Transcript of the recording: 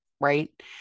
Right